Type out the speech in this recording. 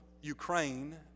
Ukraine